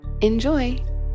Enjoy